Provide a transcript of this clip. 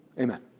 amen